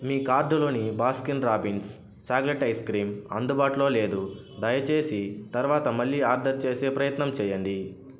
మీ కార్డులోని Baskin Robbins chocolate ice cream అందుబాటులో లేదు దయచేసి తరువాత మళ్ళీ ఆర్డర్ చేసే ప్రయత్నం చేయండి